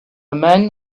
man